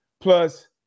plus